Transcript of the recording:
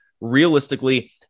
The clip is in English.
realistically